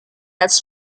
has